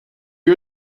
you